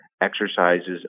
exercises